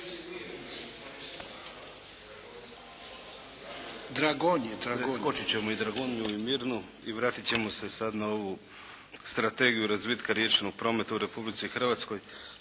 Damir (IDS)** Preskočiti ćemo i Dragonju i Mirnu i vratiti ćemo se sada na ovu Strategiju razvitka riječnog prometa u Republici Hrvatskoj.